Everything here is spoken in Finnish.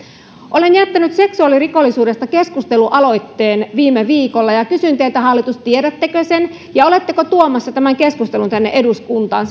olen jättänyt seksuaalirikollisuudesta keskustelualoitteen viime viikolla ja kysyn teiltä hallitus tiedättekö sen ja oletteko tuomassa tämän keskustelun tänne eduskuntaan